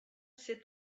sit